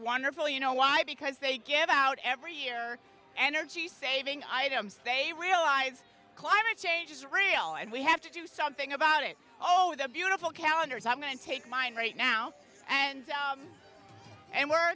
wonderful you know why because they give out every year energy saving items they realize climate change is real and we have to do something about it oh the beautiful calendars i'm going to take mine right now and and we're